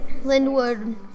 Lindwood